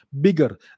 bigger